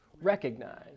recognize